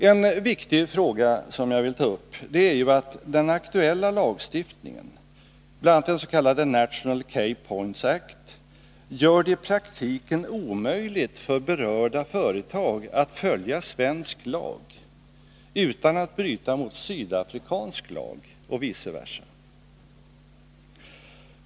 En viktig fråga som jag vill ta upp är att den aktuella lagstiftningen, bl.a. den s.k. National Key Points Act, gör det i praktiken omöjligt för berörda företag att följa svensk lag utan att bryta mot sydafrikansk lag och vice versa.